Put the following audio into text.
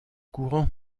courant